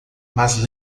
mas